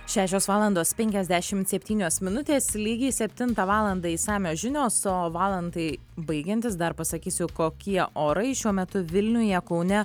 šešios valandos penkiasdešimt septynios minutės lygiai septintą valandą išsamios žinios o valandai baigiantis dar pasakysiu kokie orai šiuo metu vilniuje kaune